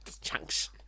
Chunks